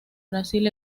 brasil